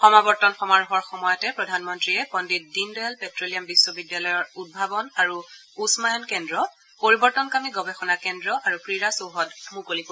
সমাৱৰ্তন সমাৰোহৰ সময়তে প্ৰধানমন্ত্ৰীয়ে পণ্ডিত দীনদয়াল পেট্লিয়াম বিশ্ববিদ্যালয়ৰ উদ্ভাৱন আৰু উন্মায়ন কেন্দ্ৰ পৰিৱৰ্তনকামী গৱেষণা কেন্দ্ৰ আৰু ক্ৰীড়া চৌহদ মুকলি কৰিব